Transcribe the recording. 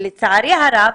לצערי הרב,